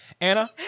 Anna